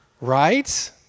Right